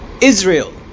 Israel